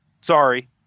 sorry